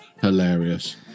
hilarious